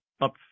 up